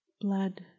Blood